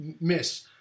miss